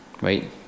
Right